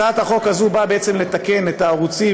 הצעת החוק הזאת באה בעצם לתקן את הערוצים